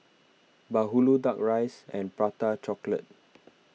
Bahulu Duck Rice and Prata Chocolate